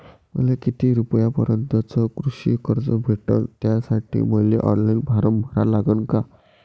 मले किती रूपयापर्यंतचं कृषी कर्ज भेटन, त्यासाठी मले ऑनलाईन फारम भरा लागन का?